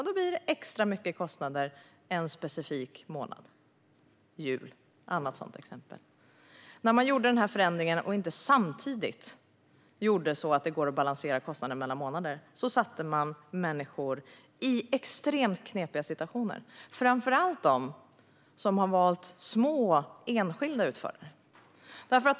Då blir det extra höga kostnader en specifik månad. Julen är ett annat sådant exempel. När man gjorde dessa förändringar utan att samtidigt göra så att kostnader kan balanseras mellan månader satte man människor i extremt knepiga situationer, framför allt de som har valt små, enskilda utförare.